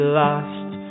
lost